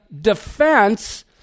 defense